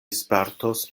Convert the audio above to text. spertos